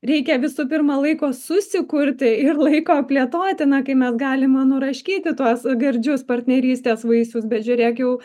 reikia visų pirma laiko susikurti ir laiko plėtoti na kai mes galime nuraškyti tuos gardžius partnerystės vaisius bet žiūrėk jau